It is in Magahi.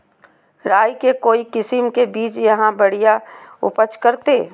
राई के कौन किसिम के बिज यहा बड़िया उपज करते?